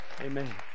Amen